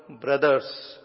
brothers